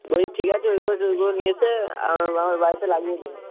বলছি ঠিক আছে ওইগুলো ওইগুলো নিয়ে এসে আমার বাড়িতে লাগিয়ে দিন